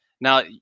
Now